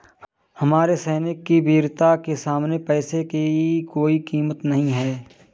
हमारे सैनिक की वीरता के सामने पैसे की कोई कीमत नही है